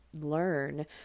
learn